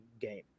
game